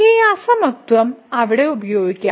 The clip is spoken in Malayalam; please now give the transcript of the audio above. ഈ അസമത്വം നമുക്ക് അവിടെ ഉപയോഗിക്കാം